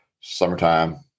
Summertime